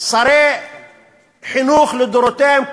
שרי חינוך לדורותיהם,